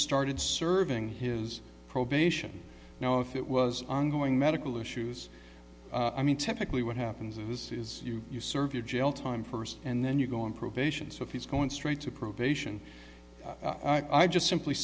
started serving his probation now if it was ongoing medical issues i mean technically what happens is you serve your jail time first and then you go on probation so if he's going straight to probation i just simply